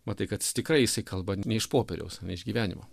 matai kad jis tikrai jisai kalba ne iš popieriaus o iš gyvenimo